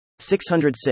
606